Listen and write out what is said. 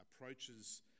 approaches